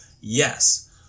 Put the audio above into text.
Yes